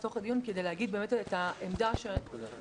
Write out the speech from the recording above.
לתוך הדיון כדי להגיד את העמדה שמאוד